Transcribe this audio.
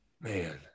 Man